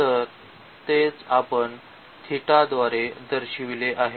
तर तेच आपण थिटा द्वारे दर्शविले आहे